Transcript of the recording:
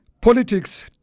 politics